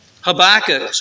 Habakkuk